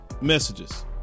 messages